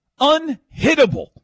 unhittable